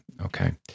Okay